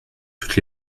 toutes